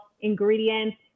ingredients